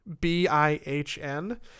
b-i-h-n